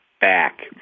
back